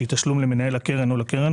שהיא תשלום למנהל הקרן או לקרן,